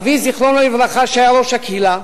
אבי זכרו לברכה, שהיה ראש הקהילה,